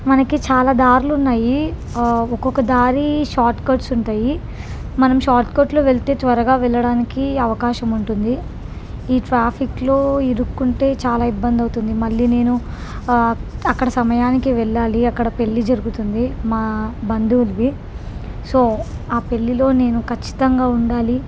మనకి చాలా దారులున్నాయి ఒక్కొక్క దారి షార్ట్కట్స్ ఉంటాయి మనం షార్ట్కట్లో వెళ్తే త్వరగా వెళ్ళడానికి అవకాశముంటుంది ఈ ట్రాఫిక్లో ఇరుక్కుంటే చాలా ఇబ్బందవుతుంది మళ్ళీ నేను అక్కడ సమయానికి వెళ్ళాలి అక్కడ పెళ్ళి జరుగుతుంది మా బంధువులివి సో ఆ పెళ్ళిలో నేను ఖచ్చితంగా ఉండాలి